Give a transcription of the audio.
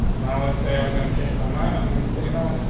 now, let's say i'm gonna change my mind. i'm i'm going to say, you know what?